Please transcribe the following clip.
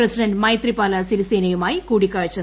president Maithripala സിരിസേനയുമായി കൂടിക്കാഴ്ച നടത്തും